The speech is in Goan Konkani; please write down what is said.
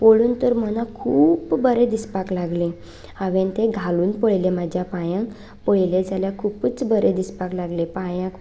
पळून तर मनाक खूब बरें दिसपाक लागलें हांवें ते घालून पळयले म्हाज्या पांयांक पळयले जाल्या खुबूच बरे दिसपाक लागले पांयांक